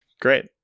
Great